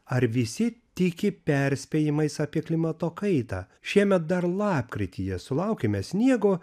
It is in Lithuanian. ar visi tiki perspėjimais apie klimato kaitą šiemet dar lapkrityje sulaukėme sniego